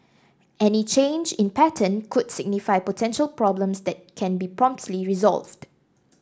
any change in pattern could signify potential problems that can be promptly resolved